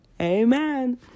amen